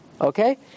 Okay